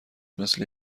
مثل